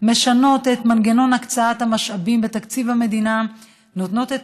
שמשנות את מנגנון הקצאת המשאבים בתקציב המדינה ונותנות את